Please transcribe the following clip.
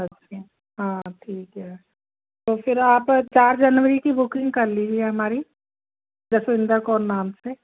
अच्छा हाँ ठीक है तो फिर आप चार जनवरी की बुकिंग कर लीजिए हमारी जसविंदर कौर नाम से